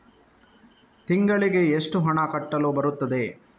ತಿಂಗಳಿಗೆ ಎಷ್ಟು ಹಣ ಕಟ್ಟಲು ಬರುತ್ತದೆ?